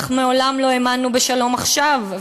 אך מעולם לא האמנו בשלום עכשיו,